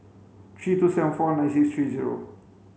three two seven four nine six three zero